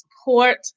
support